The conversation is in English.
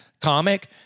comic